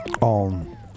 on